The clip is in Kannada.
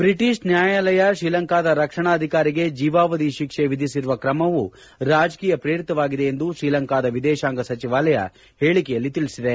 ಬ್ರಿಟಿಷ್ ನ್ಯಾಯಾಲಯ ಶ್ರೀಲಂಕಾದ ರಕ್ಷಣಾ ಅಧಿಕಾರಿಗೆ ಜೀವಾವಧಿ ಶಿಕ್ಷೆ ವಿಧಿಸಿರುವ ಕ್ರಮವು ರಾಜಕೀಯ ಪ್ರೇರಿತವಾಗಿದೆ ಎಂದು ಶ್ರೀಲಂಕಾದ ವಿದೇಶಾಂಗ ಸಚಿವಾಲಯ ಹೇಳಿಕೆಯಲ್ಲಿ ತಿಳಿಸಿದೆ